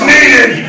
Needed